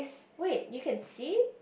wait you can see